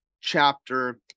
chapter